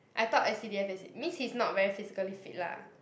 I thought s_c_d_f as in means he's not very physically fit lah